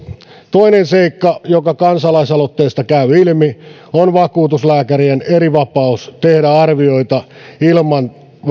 toinen seikka joka kansalaisaloitteesta käy ilmi on vakuutuslääkärien erivapaus tehdä arvioita ilman